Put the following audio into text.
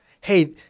hey